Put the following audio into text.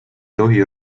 tohi